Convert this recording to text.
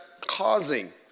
causing